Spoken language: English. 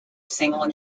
single